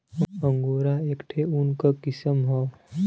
angora एक ठे ऊन क किसम हौ